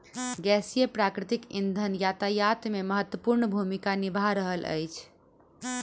गैसीय प्राकृतिक इंधन यातायात मे महत्वपूर्ण भूमिका निभा रहल अछि